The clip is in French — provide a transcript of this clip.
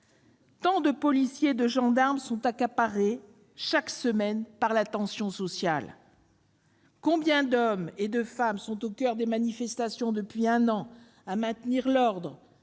Tant de policiers et de gendarmes sont accaparés, chaque semaine, par la tension sociale. Combien d'hommes et de femmes sont depuis un an au coeur des manifestations à maintenir l'ordre,